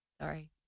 sorry